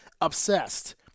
Obsessed